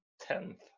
tenth